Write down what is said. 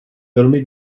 velmi